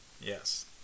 Yes